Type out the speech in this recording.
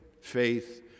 faith